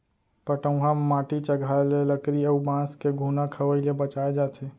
पटउहां म माटी चघाए ले लकरी अउ बांस के घुना खवई ले बचाए जाथे